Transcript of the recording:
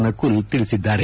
ನಕುಲ್ ತಿಳಿಸಿದ್ದಾರೆ